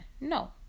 no